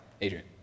Adrian